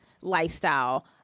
lifestyle